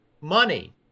money